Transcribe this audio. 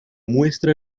muestra